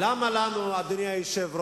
אבל למה לנו, אדוני היושב-ראש,